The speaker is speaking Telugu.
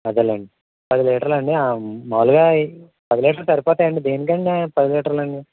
అదేలేండి పది లీటర్లు అండి మామూలుగా పది లీటర్లు సరిపోతాయా అండి దేనికి అండి పది లీటర్లు అండి